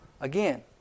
Again